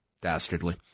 Dastardly